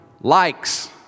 likes